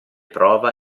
prova